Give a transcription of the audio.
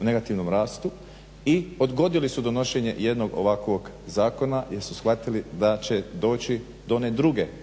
negativnom rastu i odgodili su donošenje jednog ovakvog zakona jer su shvatili da će doći do one druge teže